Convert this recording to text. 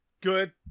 Good